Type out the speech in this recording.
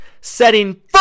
setting